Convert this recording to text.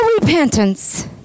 repentance